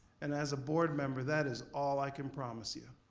and, as a board member, that is all i can promise you.